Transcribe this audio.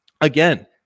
again